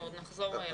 אנחנו עוד נחזור אליו.